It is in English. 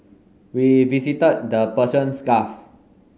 we visited the Persians Gulf